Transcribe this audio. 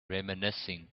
reminiscing